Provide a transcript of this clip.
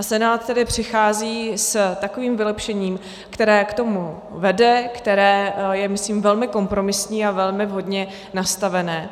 A Senát tedy přichází s takovým vylepšením, které k tomu vede, které je myslím velmi kompromisní a velmi vhodně nastavené.